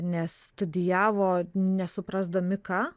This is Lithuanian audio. nes studijavo nesuprasdami ką